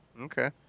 Okay